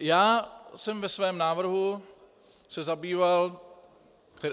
Já jsem se ve svém návrhu,